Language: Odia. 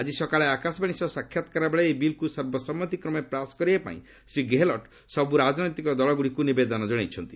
ଆଜି ସକାଳେ ଆକାଶବାଣୀ ସହ ସାକ୍ଷାତ୍କାର ବେଳେ ଏହି ବିଲ୍କୁ ସର୍ବସମ୍ମତିକ୍ରମେ ପାସ୍ କରାଇବାପାଇଁ ଶ୍ରୀ ଗେହଲଟ୍ ସବୁ ରାଜନୈତିକ ଦଳଗୁଡ଼ିକୁ ନିବେଦନ କରିଛନ୍ତି